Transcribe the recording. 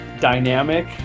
dynamic